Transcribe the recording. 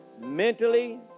mentally